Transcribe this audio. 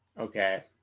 okay